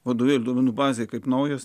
vadovėlių duomenų bazėje kaip naujas